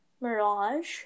Mirage